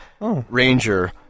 Ranger